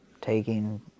taking